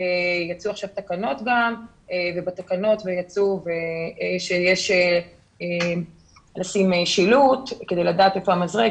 יצאו עכשיו תקנות שיש לשים שילוט כדי לדעת איפה המזרק,